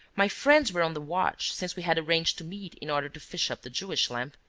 my friends were on the watch, since we had arranged to meet in order to fish up the jewish lamp.